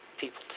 people